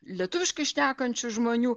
lietuviškai šnekančių žmonių